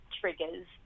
triggers